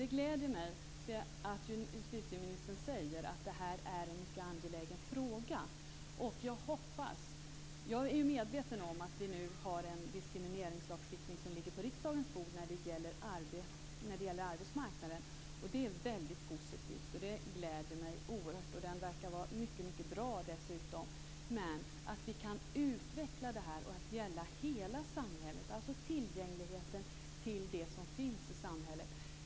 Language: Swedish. Det gläder mig att justitieministern säger att detta är en mycket angelägen fråga. Jag är medveten om att det nu ligger en diskrimineringslagstiftning på riksdagens bord när det gäller arbetsmarknaden, och det är positivt. Det gläder mig oerhört. Dessutom verkar det vara en mycket bra lagstiftning. Men jag hoppas att denna kan utvecklas så att den gäller tillgängligheten till det som finns i hela samhället.